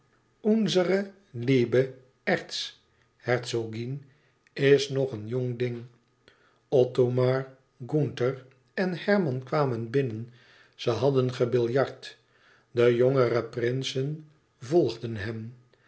unsere liebe erzherzogin is nog een jong ding othomar gunther en herman kwamen binnen ze hadden gebiljart de jongere prinsen volgden hen